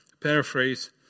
Paraphrase